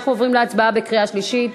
אנחנו עוברים להצבעה בקריאה שלישית.